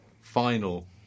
final